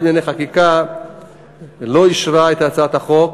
לענייני חקיקה לא אישרה את הצעת החוק.